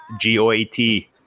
g-o-a-t